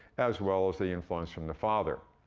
as well as the influence from the father.